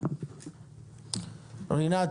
רינת,